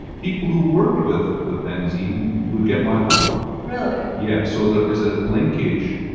people who worked with with benzene would get myeloma. really? yes, so there is a linkage,